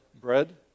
bread